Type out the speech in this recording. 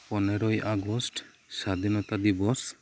ᱯᱚᱱᱮᱨᱚᱭ ᱟᱜᱚᱥᱴ ᱥᱟᱫᱷᱤᱱᱚᱛᱟ ᱫᱤᱵᱚᱥ